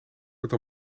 wordt